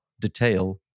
detail